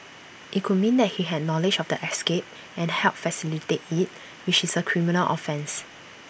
IT could mean that he had knowledge of the escape and helped facilitate IT which is A criminal offence